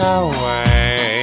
away